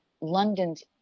London's